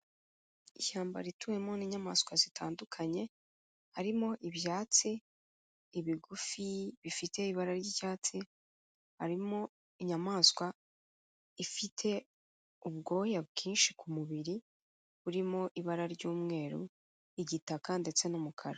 Ishyamba rituwemo n'inyamaswa zitandukanye, harimo ibyatsi, ibigufi bifite ibara ry'icyatsi, harimo inyamaswa, ifite ubwoya bwinshi ku mubiri, burimo ibara ry'umweru, igitaka ndetse n'umukara.